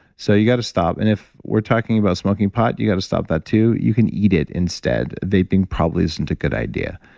so you got to stop and if we're talking about smoking pot, you got to stop that too. you can eat it instead vaping probably isn't a good idea.